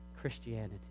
Christianity